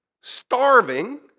Starving